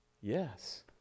Yes